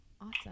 Awesome